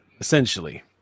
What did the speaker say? essentially